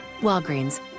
Walgreens